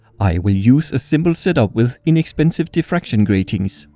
i will use a simple setup with inexpensive diffraction gratings.